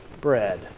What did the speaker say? bread